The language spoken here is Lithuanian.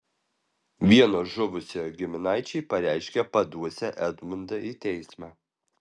vieno žuvusiojo giminaičiai pareiškė paduosią edmundą į teismą